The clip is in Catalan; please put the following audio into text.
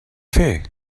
fer